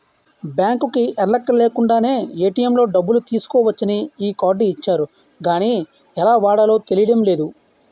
బాంకుకి ఎల్లక్కర్లేకుండానే ఏ.టి.ఎం లో డబ్బులు తీసుకోవచ్చని ఈ కార్డు ఇచ్చారు గానీ ఎలా వాడాలో తెలియడం లేదు